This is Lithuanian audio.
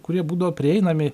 kurie būdavo prieinami